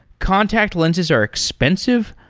contact lenses are expensive.